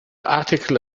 article